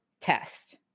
test